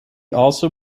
also